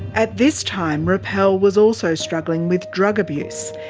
at this time rappel was also struggling with drug abuse.